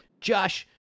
Josh